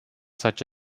such